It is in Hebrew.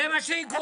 זה מה שיגרום.